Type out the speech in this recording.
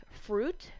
fruit